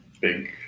big